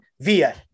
via